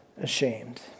ashamed